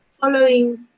following